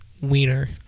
wiener